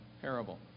parable